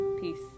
Peace